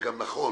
נכון.